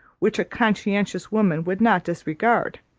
which a conscientious woman would not disregard.